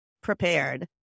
prepared